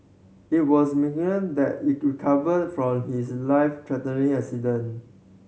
it was that he recovered from his life threatening accident